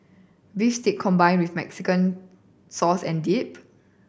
beef steak combined with Mexican sauce and dip